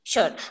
Sure